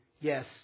yes